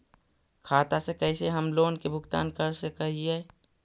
खाता से कैसे हम लोन के भुगतान कर सक हिय?